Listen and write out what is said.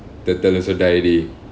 turtle also die already